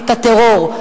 את הטרור.